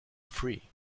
free